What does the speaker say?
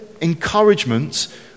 encouragement